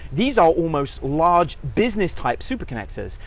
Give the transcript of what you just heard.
these are almost large business type super connectors,